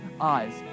eyes